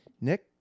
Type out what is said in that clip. Nick